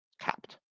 capped